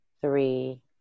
three